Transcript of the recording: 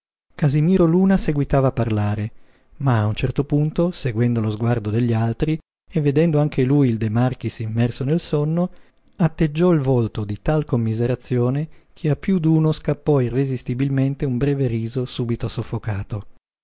casimiro luna seguitava a parlare ma a un certo punto seguendo lo sguardo degli altri e vedendo anche lui il de marchis immerso nel sonno atteggiò il volto di tal commiserazione che a piú d'uno scappò irresistibilmente un breve riso subito soffocato